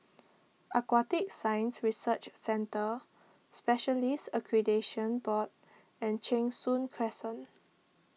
Aquatic Science Research Centre Specialists Accreditation Board and Cheng Soon Crescent